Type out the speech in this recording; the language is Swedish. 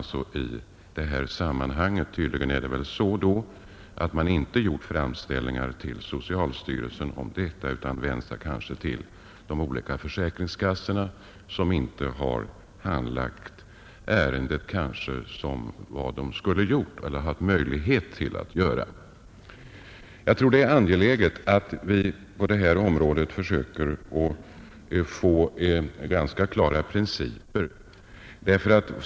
Tydligen har man i vissa fall inte gjort framställningar till socialstyrelsen utan vänt sig till andra organ, som kanske inte handlagt ärendena på det sätt som de borde ha gjort och haft möjlighet att göra. Jag tror att det är angeläget att vi på detta område försöker få klara principer.